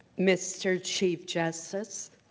mr. chief justice.